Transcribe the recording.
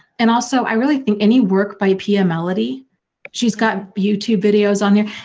and also i really think any work. by p m elodie she's got youtube videos on yeah